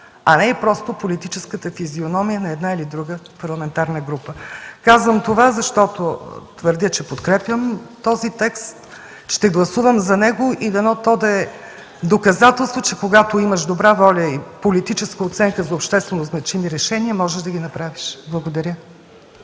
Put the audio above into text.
а не е просто политическата физиономия на една или друга парламентарна група. Казвам това, защото твърдя, че подкрепям този текст, ще гласувам за него и дано то да е доказателство, че когато имаш добра воля и политическа оценка за обществено значими решения, можеш да ги направиш. Благодаря.